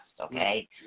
Okay